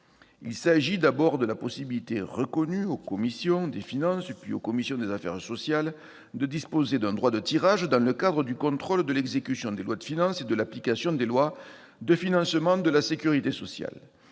Il s'agit, d'abord, de la faculté reconnue aux commissions des finances, puis aux commissions des affaires sociales, d'user d'un droit de tirage dans le cadre du contrôle de l'exécution des lois de finances et de l'application des lois de financement de la sécurité sociale.